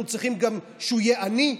אנחנו צריכים שהוא יהיה גם עני?